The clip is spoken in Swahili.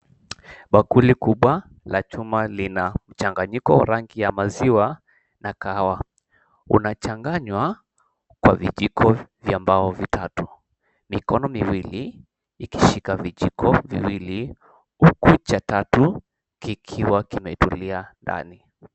Bakuli kubwa la chuma lina mchanganyiko wa rangi ya maziwa na kahawa kunachanganywa kwa vijiko vya mbao vitatu, mikono miwili ikishika vijiko viwili huku cha tatu kikiwa kimetulia ndani.